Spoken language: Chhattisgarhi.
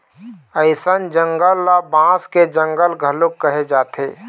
अइसन जंगल ल बांस के जंगल घलोक कहे जाथे